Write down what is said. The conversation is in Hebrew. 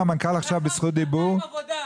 מה קורה לכם?